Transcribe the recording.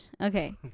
Okay